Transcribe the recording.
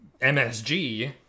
MSG